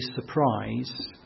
surprise